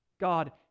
God